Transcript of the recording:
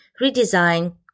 redesign